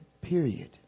period